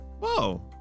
Whoa